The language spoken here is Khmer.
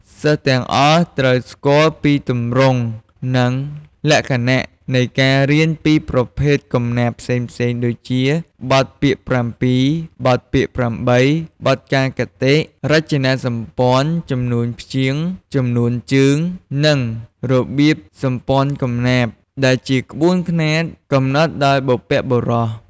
សិស្សទាំងអស់ ត្រូវស្គាល់ពីទម្រង់ និងលក្ខណៈ នៃការរៀនពីប្រភេទកំណាព្យផ្សេងៗ ដូចជា បទពាក្យ៧ បទពាក្យ៨ បទកាកគតិ រចនាសម្ព័ន្ធ ចំនួនព្យាង្គ ចំនួនជើង និងរបៀបសម្ព័ន្ធកំណាព្យ ដែលជាក្បួនខ្នាតកំណត់ដោយបុព្វបុរស។